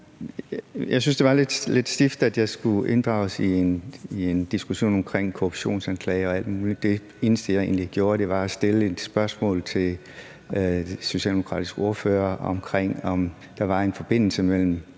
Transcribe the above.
Jeg synes, det var lidt stift, at jeg skulle inddrages i en diskussion omkring korruptionsanklager og alt muligt. Det eneste, jeg egentlig gjorde, var at stille et spørgsmål til den socialdemokratiske ordfører om, om der var en forbindelse mellem